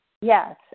Yes